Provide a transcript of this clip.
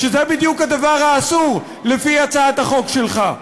שזה בדיוק הדבר האסור לפי הצעת החוק שלך.